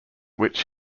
which